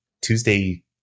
Tuesday